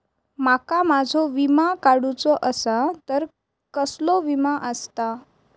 माका माझो विमा काडुचो असा तर कसलो विमा आस्ता?